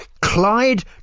Clyde